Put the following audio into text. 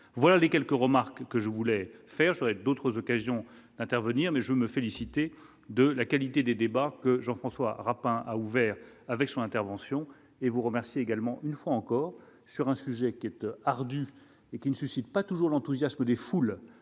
voilà les quelques remarques que je voulais faire, j'aurai d'autres occasions d'intervenir, mais je me féliciter de la qualité des débats que Jean-François Rapin a ouvert avec son intervention et vous remercie également une fois encore sur un sujet qui quête ardue et qui ne suscite pas toujours l'enthousiasme des foules,